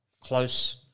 close